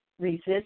resist